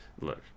Look